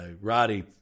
Roddy